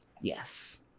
Yes